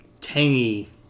tangy